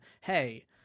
hey